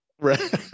right